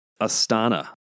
Astana